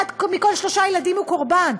אחד מכל שלושה ילדים הוא קורבן,